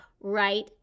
right